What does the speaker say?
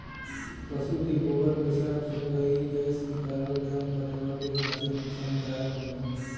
पसु के गोबर पेसाब से कई गैस निकलला जौन पर्यावरण के खातिर नुकसानदायक होला